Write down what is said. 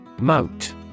Moat